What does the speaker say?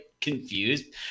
confused